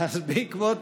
אז בעקבות